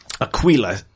aquila